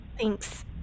Thanks